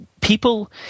People